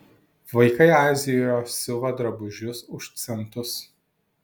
vaikai azijoje siuva drabužius už centus